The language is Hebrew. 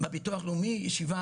ישיבה